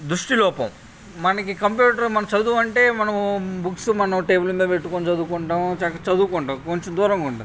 దృష్టిలోపం మనకి కంప్యూటర్ మనం చదువంటే మనము బుక్స్ మనం టేబుల్ మీద పెట్టుకొని చదువుకుంటాం చదువుకుంటాం కొంచెం దూరంగా ఉంటుంది